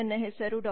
ನನ್ನ ಹೆಸರು ಡಾ